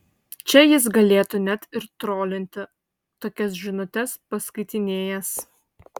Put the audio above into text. čia jis galėtų net ir trolinti tokias žinutes paskaitinėjęs